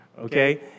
okay